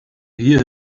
hear